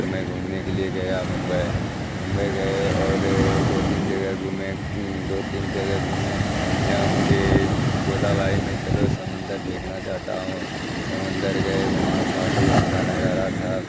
تو میں گھومنے کے لیے گیا ممبئی ممبئی گئے اور دو تین جگہ گھومے دو تین جگہ گھومے جہاں مجھے بولا بھائی میں چلو سمندر دیکھنا چاہتا ہوں سمندر گئے وہاں کافی اچھا نظارہ تھا